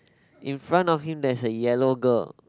in front of him there's a yellow girl